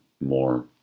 more